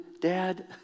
dad